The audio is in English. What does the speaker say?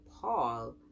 paul